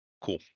Cool